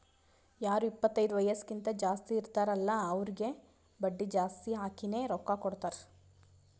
ಯಾರು ಇಪ್ಪತೈದು ವಯಸ್ಸ್ಕಿಂತಾ ಜಾಸ್ತಿ ಇರ್ತಾರ್ ಅಲ್ಲಾ ಅವ್ರಿಗ ಬಡ್ಡಿ ಜಾಸ್ತಿ ಹಾಕಿನೇ ರೊಕ್ಕಾ ಕೊಡ್ತಾರ್